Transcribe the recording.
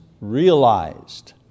realized